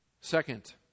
Second